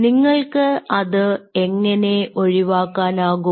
നിങ്ങൾക്ക് അത് എങ്ങനെ ഒഴിവാക്കാനാകും